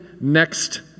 next